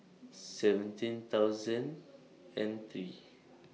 seventeen thousand and three